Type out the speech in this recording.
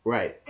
Right